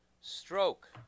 stroke